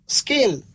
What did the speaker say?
scale